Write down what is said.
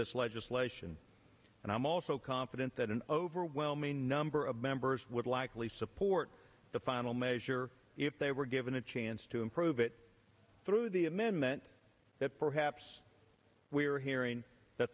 this legislation and i'm also confident that an overwhelming number of members would likely support the final measure if they were given a chance to improve it through the amendment that perhaps we are hearing that